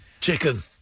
Chicken